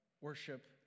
worship